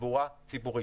לתחבורה הציבורית.